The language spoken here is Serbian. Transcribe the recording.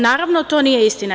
Naravno, to nije istina.